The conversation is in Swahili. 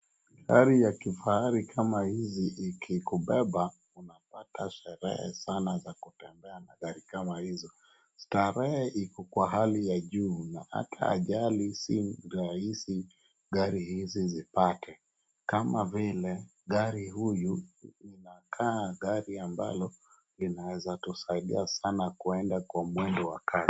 Gari ya kifahari kama hizi ikikubeba, unapata starehe sana za kutembea na gari kama hizo. Starehe iko kwa hali ya juu, na ata ajali si rahisi gari hizi zipate, kama vile gari huyu inakaa gari ambalo inaweza tusaidia sana kwenda kwa mwendo wa kasi.